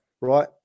right